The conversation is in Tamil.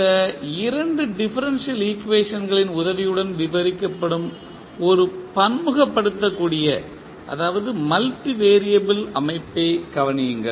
இந்த இரண்டு டிஃபரன்ஷியல் ஈக்குவேஷன்களின் உதவியுடன் விவரிக்கப்படும் ஒரு பன்முகப்படுத்தக்கூடிய அமைப்பைக் கவனியுங்கள்